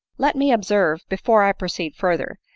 let me observe, before i proceed further,